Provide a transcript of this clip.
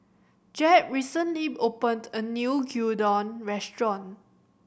Jeb recently opened a new Gyudon Restaurant